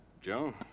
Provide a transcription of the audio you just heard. Joe